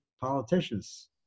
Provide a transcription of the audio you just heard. politicians